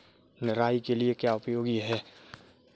निराई के लिए क्या उपयोगी है?